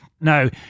Now